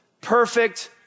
Perfect